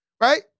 right